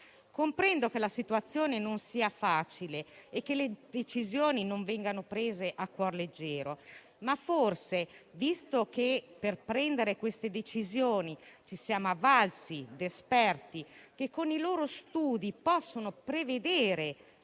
Comprendo che la situazione non sia facile e che le decisioni non vengano prese a cuor leggero; ma per prendere queste decisioni ci siamo avvalsi di esperti, che, con i loro studi, possono prevedere